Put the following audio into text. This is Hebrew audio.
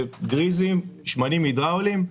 גריזים, שמנים הידרואליים,